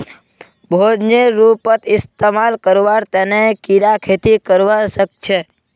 भोजनेर रूपत इस्तमाल करवार तने कीरा खेती करवा सख छे